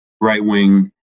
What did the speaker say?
right-wing